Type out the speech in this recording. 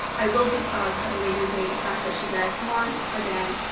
i will do clouds at a later date if that's what you guys want. again,